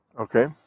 Okay